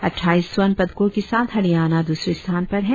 अटटाईस स्वर्ण पदकों के साथ हरियाणा दूसरे स्थान पर है